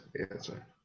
answer